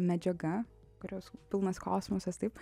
medžiaga kurios pilnas kosmosas taip